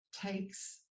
takes